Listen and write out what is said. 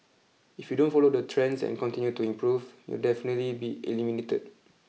if you don't follow the trends and continue to improve you'll definitely be eliminated